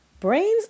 Brains